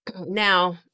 now